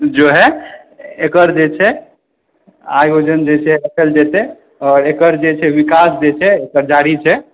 एकर जे आयोजन जे छै एकर जे विकास जे छै